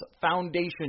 Foundation